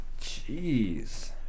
Jeez